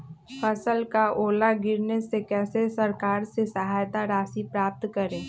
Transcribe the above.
फसल का ओला गिरने से कैसे सरकार से सहायता राशि प्राप्त करें?